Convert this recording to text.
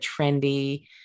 trendy